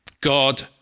God